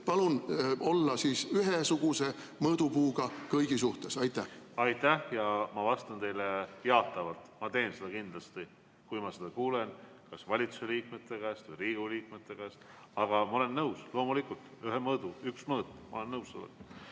Palun olla ühesuguse mõõdupuuga kõigi suhtes! Aitäh! Ma vastan teile jaatavalt, ma teen seda kindlasti, kui ma seda kuulen kas valitsuse liikmete käest või Riigikogu liikmete käest. Aga ma olen nõus, loomulikult, üks mõõt, ma olen nõus sellega.